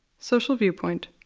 social viewpoint.